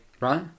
right